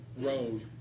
road